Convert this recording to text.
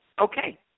Okay